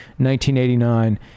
1989